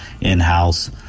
in-house